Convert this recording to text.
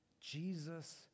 Jesus